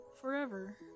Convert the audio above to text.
forever